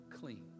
clean